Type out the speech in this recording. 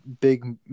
big